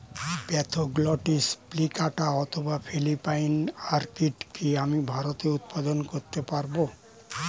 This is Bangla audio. স্প্যাথোগ্লটিস প্লিকাটা অথবা ফিলিপাইন অর্কিড কি আমি ভারতে উৎপাদন করতে পারবো?